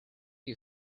you